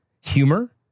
humor